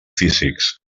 físics